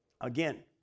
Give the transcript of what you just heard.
Again